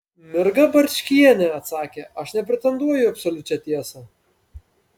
mirga barčkienė atsakė aš nepretenduoju į absoliučią tiesą